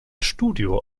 studio